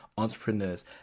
entrepreneurs